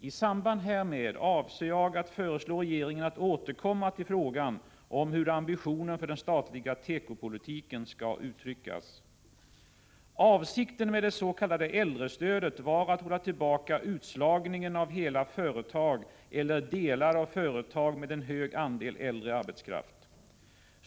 I samband härmed avser jag att föreslå regeringen att återkomma till frågan om hur ambitionen för den statliga tekopolitiken skall uttryckas. Avsikten med det s.k. äldrestödet var att hålla tillbaka utslagningen av hela företag eller delar av företag med en hög andel äldre arbetskraft.